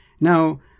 Now